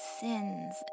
sins